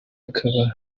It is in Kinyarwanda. ikaba